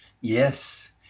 Yes